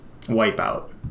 Wipeout